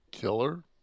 killer